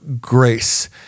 grace